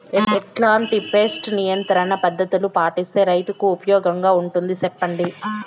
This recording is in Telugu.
ఎట్లాంటి పెస్ట్ నియంత్రణ పద్ధతులు పాటిస్తే, రైతుకు ఉపయోగంగా ఉంటుంది సెప్పండి?